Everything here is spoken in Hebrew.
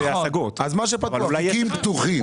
תיקים פתוחים,